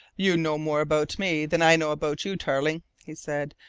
you know more about me than i know about you, tarling, he said,